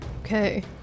Okay